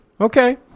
Okay